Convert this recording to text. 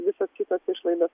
visos kitos išlaidos